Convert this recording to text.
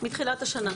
מתחילת השנה.